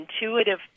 intuitive